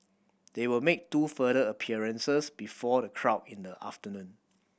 they will make two further appearances before the crowd in the afternoon